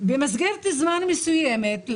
במסגרת זמן מסוימת,